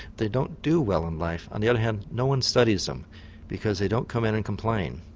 they don't do well in life. on the other hand no one studies them because they don't come in and complain.